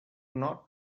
not